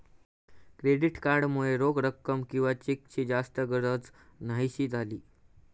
credit card मुळे रोख रक्कम किंवा चेकची जास्त गरज न्हाहीशी झाली